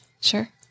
Sure